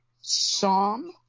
Psalm